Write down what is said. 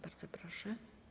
Bardzo proszę.